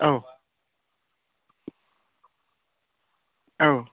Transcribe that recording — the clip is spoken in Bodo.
औ औ